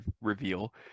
reveal